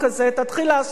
תתחיל לעשות משהו.